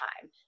time